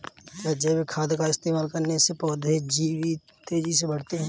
क्या जैविक खाद का इस्तेमाल करने से पौधे तेजी से बढ़ते हैं?